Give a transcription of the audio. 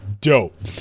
dope